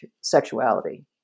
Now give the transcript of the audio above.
sexuality